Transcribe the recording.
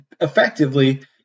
effectively